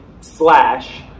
slash